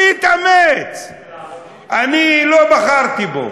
שיתאמץ, הוא לא בחר אותי.